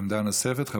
עמדה נוספת.